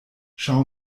schau